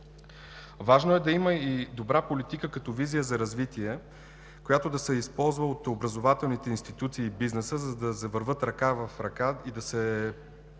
Важно е да има и добра политика като визия за развитие, която да се използва от образователните институции и бизнеса, за да вървят ръка за ръка и да се